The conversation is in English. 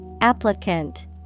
Applicant